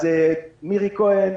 מירי כהן,